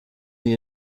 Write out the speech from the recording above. the